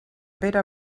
pere